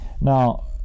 Now